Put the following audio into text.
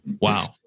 Wow